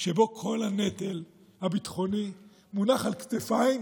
שבו כל הנטל הביטחוני מונח על כתפיים,